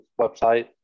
website